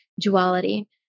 duality